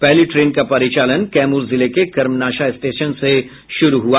पहली ट्रेन का परिचालन कैमूर जिले के कर्मनाशा स्टेशन से शुरू हुआ